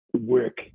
work